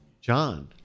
John